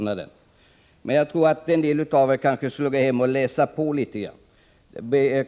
Kanske borde en del av kammarens ledamöter läsa på litet bättre vad den kom fram till.